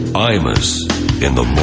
i was in the